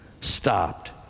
stopped